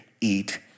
eat